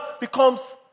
becomes